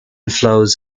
flows